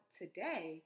today